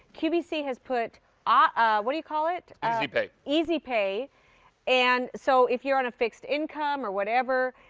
qvc has put ah what do you call it easy pay. easy pay and so if you're on a fixed income or whatever,